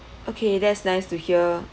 okay that's nice to hear